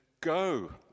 go